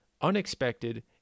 unexpected